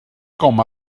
com